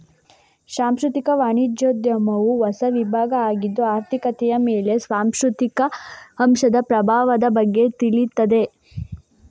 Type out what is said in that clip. ಸಾಂಸ್ಕೃತಿಕ ವಾಣಿಜ್ಯೋದ್ಯಮವು ಹೊಸ ವಿಭಾಗ ಆಗಿದ್ದು ಆರ್ಥಿಕತೆಯ ಮೇಲೆ ಸಾಂಸ್ಕೃತಿಕ ಅಂಶದ ಪ್ರಭಾವದ ಬಗ್ಗೆ ತಿಳೀತದೆ